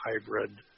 hybrid